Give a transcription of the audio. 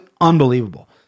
unbelievable